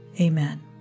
Amen